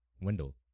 Window